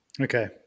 Okay